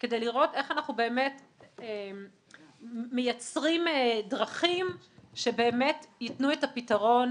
כדי לראות איך אנחנו באמת מייצרים דרכים שבאמת יתנו את הפתרון